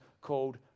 called